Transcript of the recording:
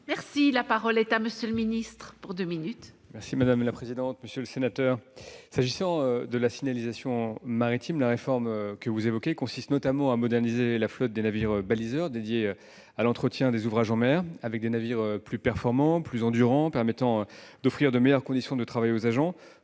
maritime. La parole est à M. le secrétaire d'État. Monsieur le sénateur, s'agissant de la signalisation maritime, la réforme que vous évoquez consiste notamment à moderniser la flotte des navires-baliseurs dédiés à l'entretien des ouvrages en mer avec des navires plus performants, plus endurants et permettant d'offrir de meilleures conditions de travail aux agents